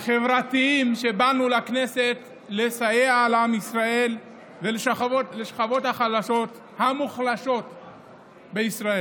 באנו לכנסת לסייע לעם ישראל ולשכבות המוחלשות בישראל.